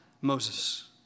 Moses